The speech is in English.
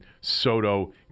Soto